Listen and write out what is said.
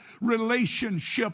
relationship